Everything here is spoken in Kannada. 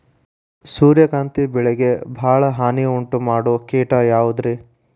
ಸೂರ್ಯಕಾಂತಿ ಬೆಳೆಗೆ ಭಾಳ ಹಾನಿ ಉಂಟು ಮಾಡೋ ಕೇಟ ಯಾವುದ್ರೇ?